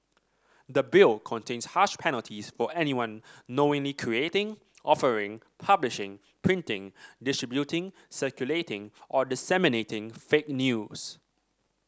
the Bill contains harsh penalties for anyone knowingly creating offering publishing printing distributing circulating or disseminating fake news